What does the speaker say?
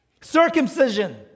Circumcision